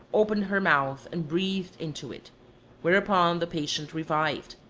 opened her mouth, and breathed into it whereupon the patient revived.